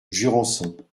jurançon